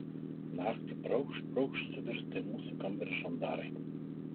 naktį braukšt braukšt suvirsta į mūsų kambarį žandarai